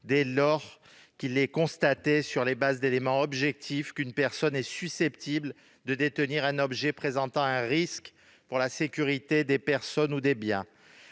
dès lors qu'il est constaté sur la base d'éléments objectifs qu'une personne est susceptible de détenir un objet présentant un risque pour la sécurité des personnes ou des biens.